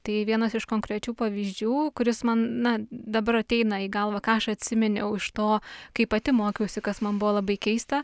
tai vienas iš konkrečių pavyzdžių kuris man na dabar ateina į galvą ką aš atsiminiau iš to kai pati mokiausi kas man buvo labai keista